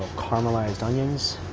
caramelized onions